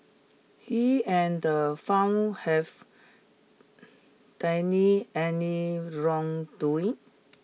he and the found have deny any wrongdoing